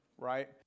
right